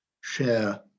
share